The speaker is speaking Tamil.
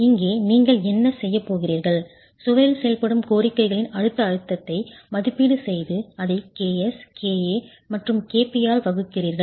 இங்கே நீங்கள் என்ன செய்யப் போகிறீர்கள் சுவரில் செயல்படும் கோரிக்கைகளின் அழுத்த அழுத்தத்தை மதிப்பீடு செய்து அதை ks ka மற்றும் kp ஆல் வகுக்கிறீர்கள்